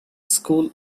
school